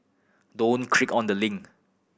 don't click on the link